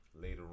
later